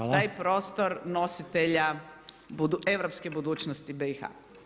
Taj prostor nositelja europske budućnosti BiH-a.